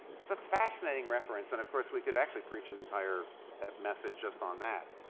it's a fascinating reference and, of course, we could actually preach an entire message just on that.